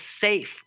safe